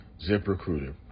ZipRecruiter